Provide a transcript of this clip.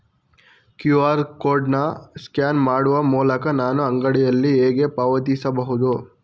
QR code ಅನ್ನು scan ಮಾಡುವ ಮೂಲಕ ನಾನು ಅಂಗಡಿಯಲ್ಲಿ ಹೇಗೆ ಪಾವತಿಸಬಹುದು?